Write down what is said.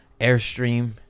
Airstream